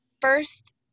First